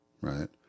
right